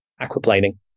aquaplaning